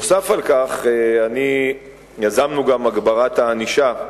נוסף על כך יזמנו גם את הגברת הענישה,